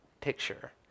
picture